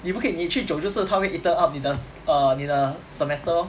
你不可以你去久就是它会 eaten up 你的 err 你的 semester lor